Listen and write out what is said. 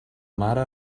mare